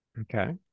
okay